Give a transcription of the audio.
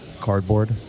Cardboard